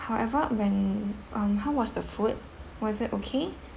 however when um how was the food was it okay